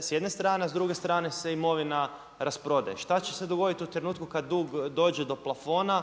s jedne strane, a s druge strane se imovina rasprodaje. Što će se dogoditi u trenutku kad dug dođe do plafona,